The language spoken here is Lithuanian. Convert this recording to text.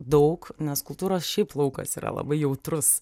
daug nes kultūros šiaip laukas yra labai jautrus